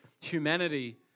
humanity